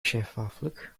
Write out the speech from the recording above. şeffaflık